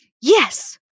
Yes